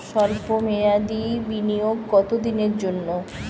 সল্প মেয়াদি বিনিয়োগ কত দিনের জন্য?